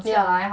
yeah